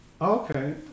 Okay